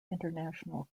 international